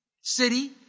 city